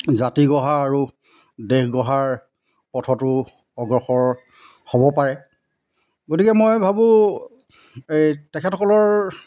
জাতি গঢ়া আৰু দেশ গঢ়াৰ পথতো অগ্ৰসৰ হ'ব পাৰে গতিকে মই ভাবোঁ এই তেখেতসকলৰ